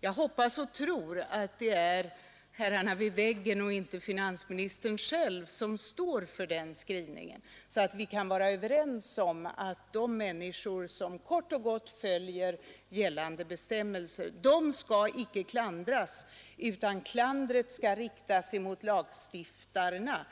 Jag hoppas och tror att det är ”herrarna vid väggen” och inte finansminister själv som står för den skrivningen och att vi kan vara överens om att de människor som följer gällande bestämmelser inte skall klandras. Klandret skall i stället riktas mot lagstiftarna